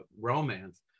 romance